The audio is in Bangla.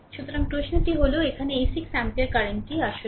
সুতরাং প্রশ্নটি হল এখানে এই 6 এমপিয়ার কারেন্টটি আসলে